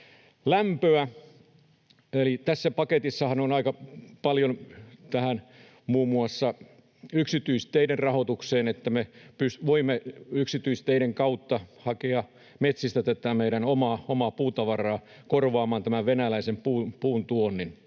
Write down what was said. Lämpöä: Tässä paketissahan on aika paljon muun muassa yksityisteiden rahoitukseen, niin että me voimme yksityisteiden kautta hakea metsistä meidän omaa puutavaraa korvaamaan venäläisen puuntuonnin.